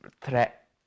threat